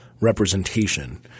representation